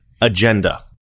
agenda